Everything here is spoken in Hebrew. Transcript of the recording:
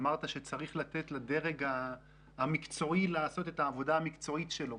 אמרת שצריך לתת לדרג המקצועי לעשות את העבודה המקצועית שלו.